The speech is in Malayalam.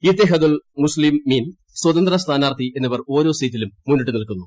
ഇത്തെഹദുൾ മുസ്ത്രീംമീൻ സ്വതന്ത്രസ്ഥാനാർത്ഥി എന്നിവർ ഓരോ സീറ്റിലും മുന്നിട്ട് നിൽക്കുന്നു